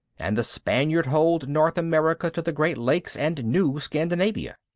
and the spaniard hold north america to the great lakes and new scandinavia.